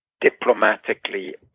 diplomatically